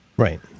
Right